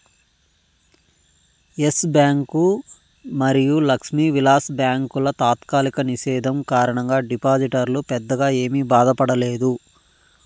yes Bank మరియు లక్ష్మీ విలాస్ బ్యాంకుల తాత్కాలిక నిషేధం కారణంగా డిపాజిటర్లు పెద్దగా ఏమీ బాధపడలేదు